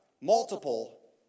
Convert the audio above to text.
multiple